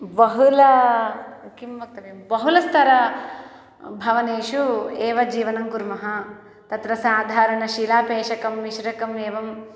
बहुलं किं वक्तव्यं बहुलस्तरभवनेषु एव जीवनं कुर्मः तत्र साधारण शिरापेषकं मिश्रकम् एवम्